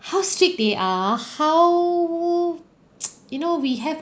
how strict they are how you know we have